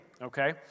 Okay